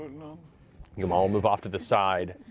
you all move off to the side,